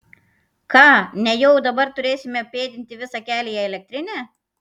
ką nejau dabar turėsime pėdinti visą kelią į elektrinę